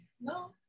no